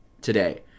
today